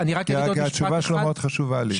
כי התשובה שלו מאוד חשובה לי.